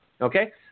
Okay